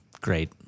Great